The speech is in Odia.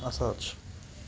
ଆଶା ଅଛି